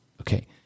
Okay